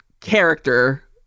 character